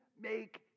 make